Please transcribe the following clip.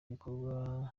bikorwa